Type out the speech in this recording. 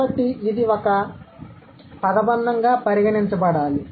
కాబట్టి ఇది ఒక పదబంధంగా పరిగణించబడాలి